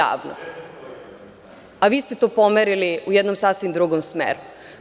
A vi ste to pomerili u jednom sasvim drugom smeru.